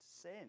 Sin